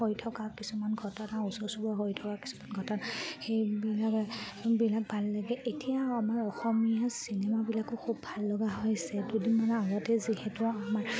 হৈ থকা কিছুমান ঘটনা ওচৰ চুবুৰীয়াত হৈ থকা কিছুমান ঘটনা সেইবিলাকবিলাক ভাল লাগে এতিয়া আমাৰ অসমীয়া চিনেমাবিলাকো খুব ভাল লগা হৈছে দুদিনমানৰ আগতে যিহেতু আমাৰ